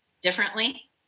differently